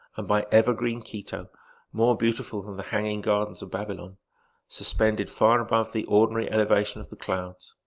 and by evergreen quito more beautiful than the hanging gardens of babylon suspended far above the ordinary elevation of the clouds.